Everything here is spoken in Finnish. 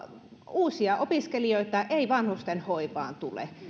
uusia opiskelijoita ei vanhustenhoivaan tule